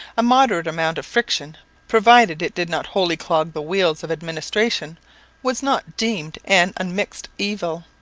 a moderate amount of friction provided it did not wholly clog the wheels of administration was not deemed an unmixed evil.